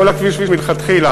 כל הכביש מלכתחילה,